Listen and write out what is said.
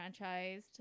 franchised